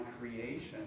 creation